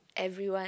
everyone